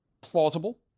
plausible